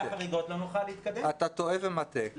--- אתה טועה ומטעה,